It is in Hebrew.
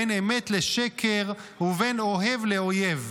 בין אמת לשקר ובין אוהב לאויב.